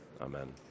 Amen